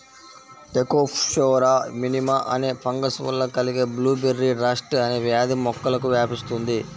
Thekopsora minima అనే fungus వల్ల కలిగే బ్లూబెర్రీ రస్ట్ అనే వ్యాధి మొక్కలకు వ్యాపిస్తుంది